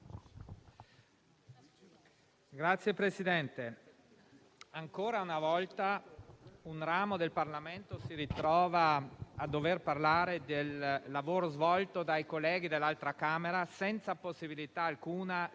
Signor Presidente, ancora una volta un ramo del Parlamento si ritrova a dover parlare del lavoro svolto dai colleghi dell'altra Camera senza possibilità alcuna di